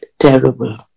terrible